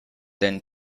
than